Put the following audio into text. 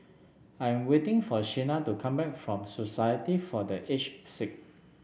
I am waiting for Shenna to come back from Society for The Aged Sick